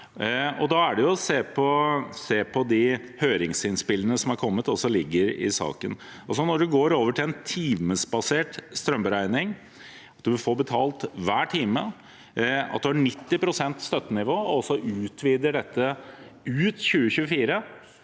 Da kan en se på de høringsinnspillene som har kommet, og som ligger i saken. Når en går over til en timebasert strømregning – en får betalt hver time, en har 90 pst. støttenivå – og så utvider dette ut 2024,